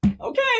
Okay